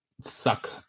suck